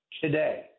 today